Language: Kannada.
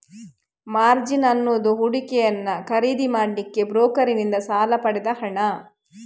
ಮಾರ್ಜಿನ್ ಅನ್ನುದು ಹೂಡಿಕೆಯನ್ನ ಖರೀದಿ ಮಾಡ್ಲಿಕ್ಕೆ ಬ್ರೋಕರನ್ನಿಂದ ಸಾಲ ಪಡೆದ ಹಣ